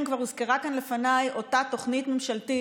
כבר הוזכרה כאן לפניי אותה תוכנית ממשלתית,